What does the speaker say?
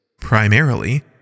Primarily